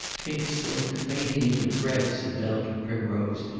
pink silk, fainting into breadths of delicate primrose,